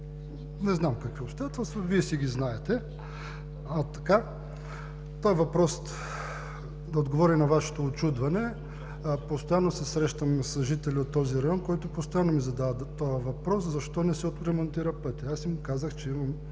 не знам какви обстоятелства – Вие си ги знаете. Да отговаря и на Вашето учудване. Постоянно се срещам с жители от този район, които ми задават този въпрос: защо не се отремонтира пътят? Аз им казах, че съм